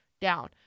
down